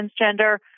transgender